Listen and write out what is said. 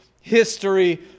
history